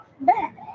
bad